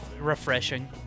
refreshing